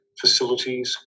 facilities